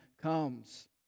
comes